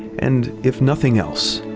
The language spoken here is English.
and, if nothing else,